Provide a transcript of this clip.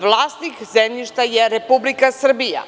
Vlasnik zemljišta je Republika Srbija.